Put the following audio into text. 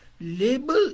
label